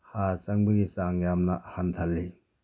ꯍꯥꯔ ꯆꯪꯕꯒꯤ ꯆꯥꯡ ꯌꯥꯝꯅ ꯍꯟꯊꯍꯜꯂꯤ